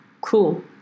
cool